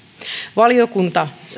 valiokunta